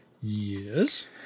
Yes